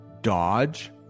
Dodge